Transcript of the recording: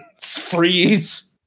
freeze